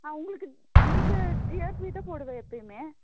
ஆ உங்களுக்கு உங்களுக்கு ஜி ஆர் பி தான் போடுவேன் எப்பயுமே